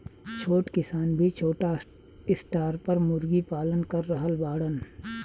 छोट किसान भी छोटा स्टार पर मुर्गी पालन कर रहल बाड़न